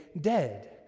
dead